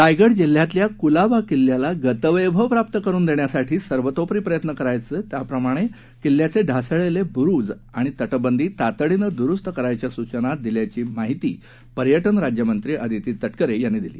रायगड जिल्ह्यातल्या कूलाबा किल्ल्याला गतवैभव प्राप्त करून देण्यासाठी सर्वतोपरी प्रयत्न करण्याचे त्याचप्रमाणे किल्ल्याचे ढासळलेले बुरूज आणि तटबंदी तातडीने दुरूस्त करण्याच्या सूचना देण्यात आल्याची माहिती पर्यटन राज्यमंत्री आदिती तटकरे यांनी दिली